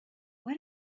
what